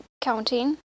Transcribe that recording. counting